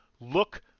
look